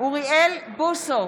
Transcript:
אוריאל בוסו,